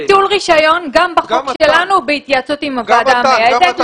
ביטול רישיון גם בחוק שלנו בהתייעצות עם הוועדה המייעצת,